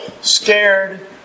scared